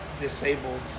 disabled